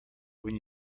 when